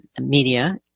media